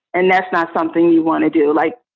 and that's not something you want to do. like,